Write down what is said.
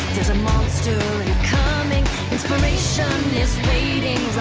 monster incoming inspiration is waiting,